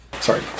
Sorry